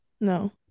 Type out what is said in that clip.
No